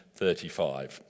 35